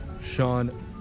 Sean